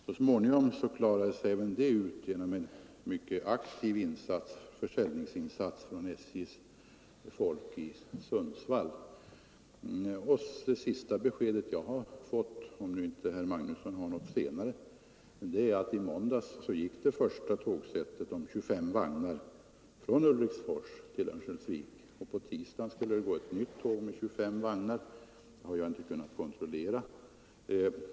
Så småningom klarades även detta ut genom en mycket aktiv försäljningsinsats av SJ:s folk i Sundsvall. Det senaste besked jag har fått — jag tror inte herr Magnusson har något senare — är att det första tågsättet om 25 vagnar gick i måndags från Ulriksfors till Örnsköldsvik. På tisdagen skulle det gå ett nytt tåg med 25 vagnar — det har jag inte kunnat kontrollera.